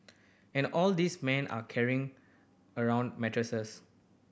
and all these men are carrying around mattresses